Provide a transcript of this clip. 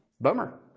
Bummer